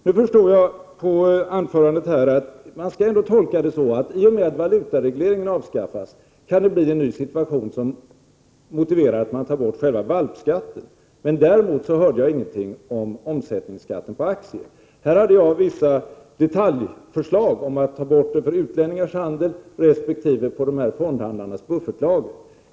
Nu förstod jag av finansministerns anförande här att man ändå skall tolka det så att i och med att valutaregleringen avskaffas kan det bli en ny situation som motiverar att man tar bort själva valpskatten. Däremot hörde jag ingenting om omsättningsskatten på aktier. Här hade jag vissa detaljförslag om att ta bort den för utlänningars handel resp. på de här fondhandlarnas buffertlager.